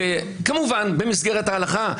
כמובן במסגרת ההלכה,